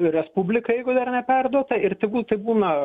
respubliką jeigu dar neperduota ir tegul tai būna